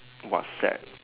whatsapp